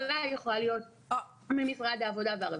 שלום לכולם, אני שמח